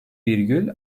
virgül